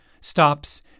stops